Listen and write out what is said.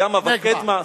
ימה וקדמה.